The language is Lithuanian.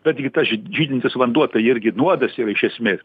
betgi tas žyd žydintis vanduo tai irgi nuodas yra iš esmės